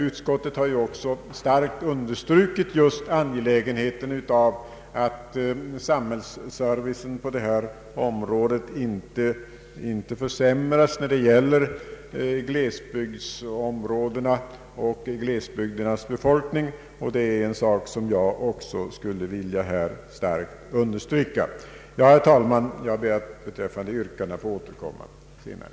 Utskottet har också starkt understrukit just angelägenheten av att samhällsservicen på detta område inte försämras för glesbygdsområdenas befolkning, och det är en sak som jag även här vill starkt understryka. Herr talman! Jag ber att beträffande yrkandena få återkomma senare.